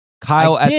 Kyle